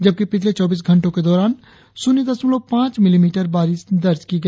जबकि पिछले चौबीस घंटों के दौरान श्रन्य दशमलव पांच मिलीमीटर बारिश दर्ज किया गया